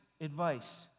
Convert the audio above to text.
advice